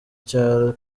cyaro